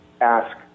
ask